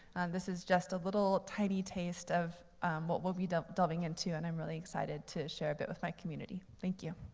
this is just a little tiny test of what we'll be delving into, and i'm really excited to share a bit with my community. thank you.